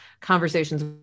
conversations